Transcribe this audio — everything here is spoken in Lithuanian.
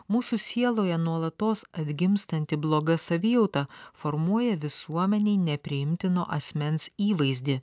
mūsų sieloje nuolatos atgimstanti bloga savijauta formuoja visuomenei nepriimtino asmens įvaizdį